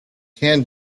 can